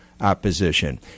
opposition